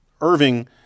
Irving